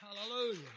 Hallelujah